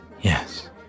Yes